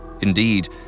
Indeed